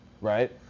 right